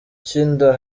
cy’inda